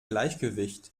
gleichgewicht